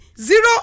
zero